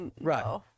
right